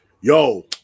yo